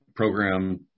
program